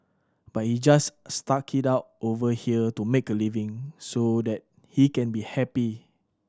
but he just stuck it out over here to make a living so that he can be happy